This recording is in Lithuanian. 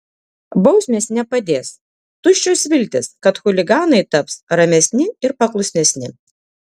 bausmės nepadės tuščios viltys kad chuliganai taps ramesni ir paklusnesni